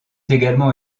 également